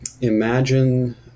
imagine